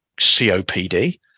COPD